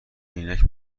عینک